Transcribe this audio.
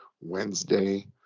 Wednesday